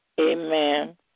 Amen